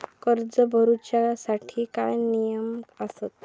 कर्ज भरूच्या साठी काय नियम आसत?